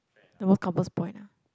the most Compass-Point ah